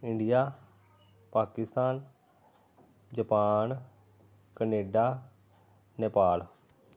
India Pakistan Japan Canada Nepal